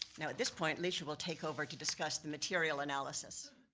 now at this point, lisha will take over to discuss the material analysis.